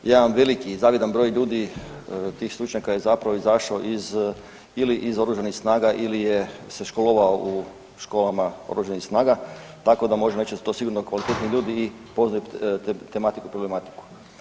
Jedan veliki, zavidan broj ljudi tih stručnjaka je zapravo izašao iz ili iz Oružanih snaga ili je se školovalo u školama Oružanih snaga tako da možemo reći da su to sigurno kvalitetni ljudi i poznaju tematiku, problematiku.